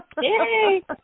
Yay